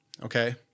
Okay